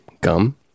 gum